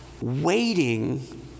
waiting